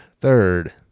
third